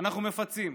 אנחנו מפצים,